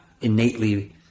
innately